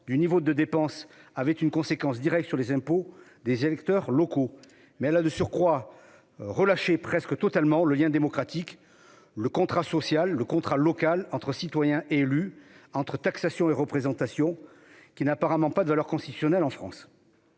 du niveau de dépenses avait une conséquence directe sur les impôts des électeurs locaux -, mais elle a de surcroît relâché presque totalement le lien démocratique, en dissolvant le contrat local entre citoyens et élus, entre taxation et représentation, qui n'a apparemment pas de valeur constitutionnelle en France